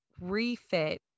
refit